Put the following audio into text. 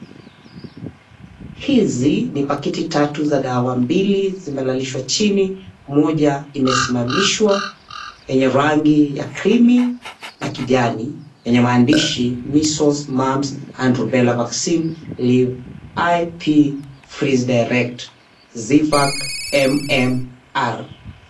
Hizi ni pakiti katu za dawa, mbili zimelalishwa chini, moja imesimamishwa yenye rangi ya creamy na kijani yenye maandishi measles, mums and rubela vaccine IP freeze direct zipac MMR.